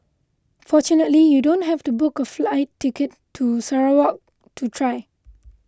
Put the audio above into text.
fortunately you don't have to book a flight ticket to Sarawak to try